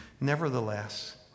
Nevertheless